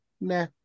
nah